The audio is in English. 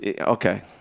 okay